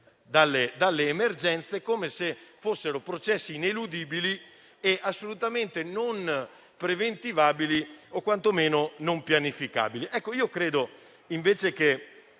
dalle emergenze come se fossero processi ineludibili e assolutamente non preventivabili o quanto meno non pianificabili. Credo invece che